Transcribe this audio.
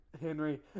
Henry